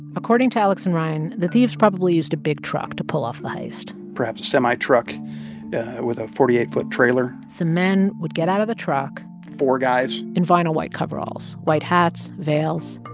according to alex and ryan, the thieves probably used a big truck to pull off the heist perhaps semi-truck with a forty eight foot trailer some men would get out of the truck. four guys. in vinyl white coveralls, white hats, veils,